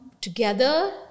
together